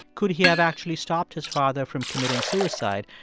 could he have actually stopped his father from committing suicide.